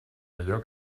allò